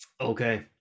Okay